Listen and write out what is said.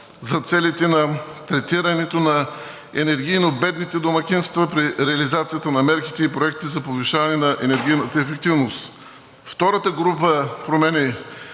за целите на третирането на енергийно бедните домакинства при реализацията на мерките и проектите за повишаване на енергийната ефективност. Втората група промени